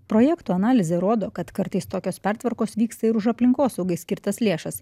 projektų analizė rodo kad kartais tokios pertvarkos vyksta ir už aplinkosaugai skirtas lėšas